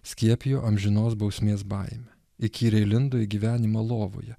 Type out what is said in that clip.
skiepijo amžinos bausmės baimę įkyriai lindo į gyvenimą lovoje